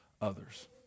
others